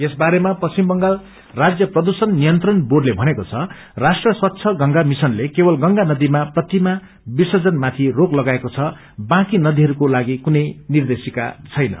यसबारेमा पश्चिम बंगाल राज्य प्रदूषण नियन्त्रण बोंडले भनेको छ राष्ट्रिय स्वच्छ गंगा मिशनले केवल गंगा नदीमा प्रतिमा विर्सजनमाथि रोक लगाएको छ बाँकी नदीहरूको लागि कुनै निर्देशिका छैन